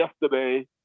yesterday